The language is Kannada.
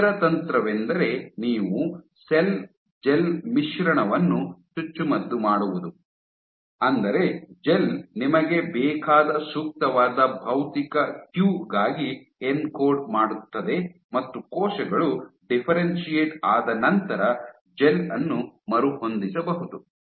ಇತರ ತಂತ್ರವೆಂದರೆ ನೀವು ಸೆಲ್ ಜೆಲ್ ಮಿಶ್ರಣವನ್ನು ಚುಚ್ಚುಮದ್ದು ಮಾಡುವುದು ಅಂದರೆ ಜೆಲ್ ನಿಮಗೆ ಬೇಕಾದ ಸೂಕ್ತವಾದ ಭೌತಿಕ ಕ್ಯೂ ಗಾಗಿ ಎನ್ಕೋಡ್ ಮಾಡುತ್ತದೆ ಮತ್ತು ಕೋಶಗಳು ಡಿಫ್ಫೆರೆನ್ಶಿಯೇಟ್ ಆದ ನಂತರ ಜೆಲ್ ಅನ್ನು ಮರುಹೊಂದಿಸಬಹುದು